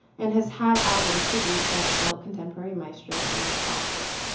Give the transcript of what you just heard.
and has had albums produced by adult contemporary maestro, david foster.